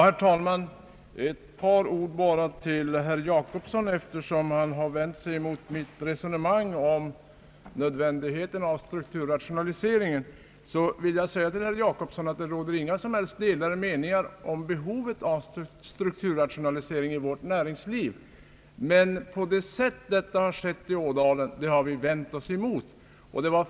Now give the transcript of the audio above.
Herr talman! Bara ett par ord till herr Jacobsson. Eftersom han har vänt sig mot mitt resonemang om nödvändigheten av strukturrationalisering, vill jag säga till honom att det inte råder några som helst delade meningar om behovet av strukturrationalisering i vårt näringsliv. Men vi har kritiserat det sätt på vilket strukturrationaliseringen skett i Ådalen.